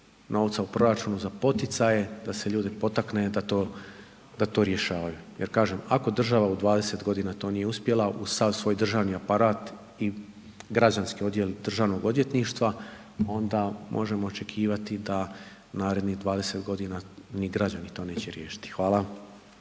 novca u proračunu za poticaje, da se ljude potakne, da to rješavaju. Jer kažem, ako država u 20 godina to nije uspjela uz sav svoj državni aparat i Građanski odjel Državnog odvjetništva, onda možemo očekivati da narednih 20 godina ni građani to neće riješiti. Hvala.